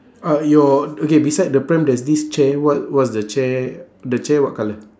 uh your okay beside the pram there's this chair what what's the chair the chair what colour